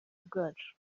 bwacu